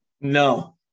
no